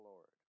Lord